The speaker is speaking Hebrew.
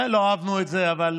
לא אהבנו את זה, אבל